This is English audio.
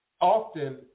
often